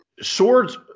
Swords